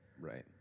Right